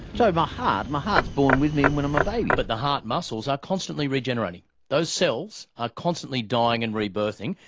so my heart? my heart is born with me when i'm a baby. but the heart muscles are constantly regenerating. those cells are constantly dying and rebirthing,